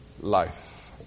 life